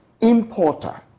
importer